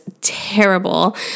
terrible